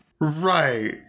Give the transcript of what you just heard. Right